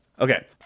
Okay